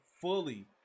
fully